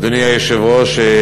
אדוני היושב-ראש,